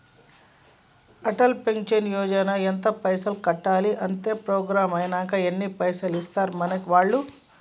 Atal pension Yojana ల ఎంత పైసల్ కట్టాలి? అత్తే ప్రోగ్రాం ఐనాక ఎన్ని పైసల్ ఇస్తరు మనకి వాళ్లు?